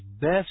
best